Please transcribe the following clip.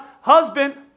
Husband